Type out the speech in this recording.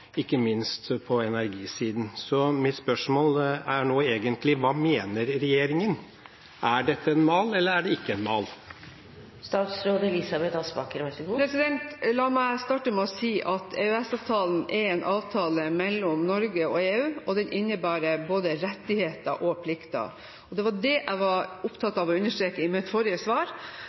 ikke minst på energisiden. Så mitt spørsmål er nå egentlig: Hva mener regjeringen? Er dette en mal, eller er det ikke en mal? La meg starte med å si at EØS-avtalen er en avtale mellom Norge og EU, og den innebærer både rettigheter og plikter. Det var det jeg var opptatt av å understreke i mitt forrige svar,